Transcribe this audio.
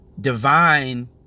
divine